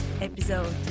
episode